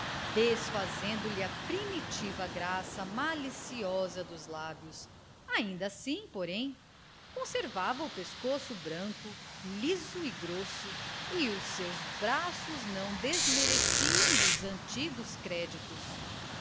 abaixo desfazendo lhe a primitiva graça maliciosa dos lábios ainda assim porém conservava o pescoço branco liso e grosso e os seus braços não desmereciam dos antigos créditos